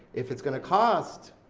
if it's gonna cost,